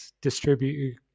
distribute